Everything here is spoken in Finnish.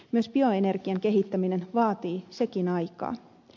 myös bioenergian kehittäminen vaatii sekin aikaa